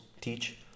teach